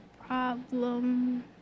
problem